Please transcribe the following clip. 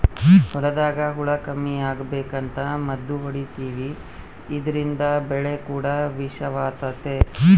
ಹೊಲದಾಗ ಹುಳ ಕಮ್ಮಿ ಅಗಬೇಕಂತ ಮದ್ದು ಹೊಡಿತಿವಿ ಇದ್ರಿಂದ ಬೆಳೆ ಕೂಡ ವಿಷವಾತತೆ